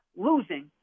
losing